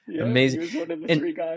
Amazing